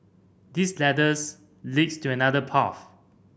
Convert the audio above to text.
this ladders leads to another path